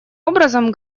образом